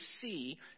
see